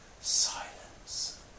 Silence